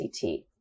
CT